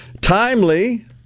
Timely